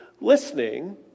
listening